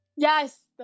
Yes